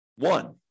one